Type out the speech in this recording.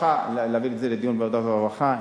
להעביר את זה לדיון בוועדת עבודה ורווחה.